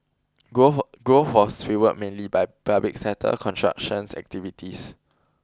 growth was mainly by public sector constructions activities